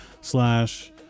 slash